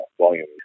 volume